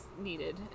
needed